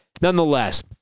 nonetheless